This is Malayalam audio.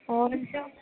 ഓറഞ്ചോ